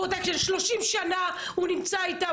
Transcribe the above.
שלושים שנה הוא נמצא איתם,